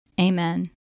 Amen